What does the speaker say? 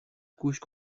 couche